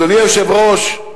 אדוני היושב-ראש,